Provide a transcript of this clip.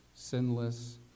Sinless